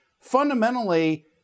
fundamentally